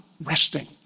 resting